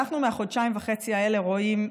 אנחנו מהחודשיים וחצי האלה רואים,